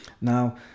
Now